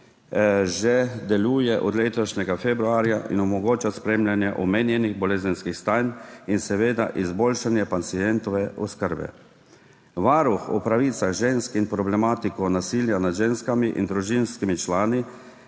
že deluje od letošnjega februarja in omogoča spremljanje omenjenih bolezenskih stanj in seveda izboljšanje pacientove oskrbe. Varuh [opozarja] na pravice žensk in problematiko nasilja nad ženskami in družinskimi člani